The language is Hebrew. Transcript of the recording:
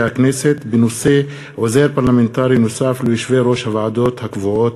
הכנסת בנושא: עוזר פרלמנטרי נוסף ליושבי-ראש הוועדות הקבועות.